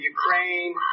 Ukraine